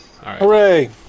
Hooray